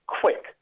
quick